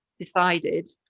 decided